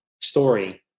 story